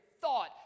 thought